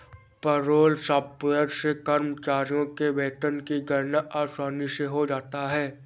payroll software से कर्मचारी के वेतन की गणना आसानी से हो जाता है